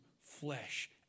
flesh